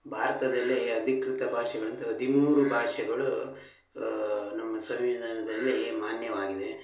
ಭಾರತದಲ್ಲಿ ಅಧಿಕೃತ ಭಾಷೆಗಳಂತ ಹದಿಮೂರು ಭಾಷೆಗಳು ನಮ್ಮ ಸಂವಿಧಾನದಲ್ಲಿ ಮಾನ್ಯವಾಗಿದೆ